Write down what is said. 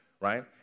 right